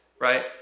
right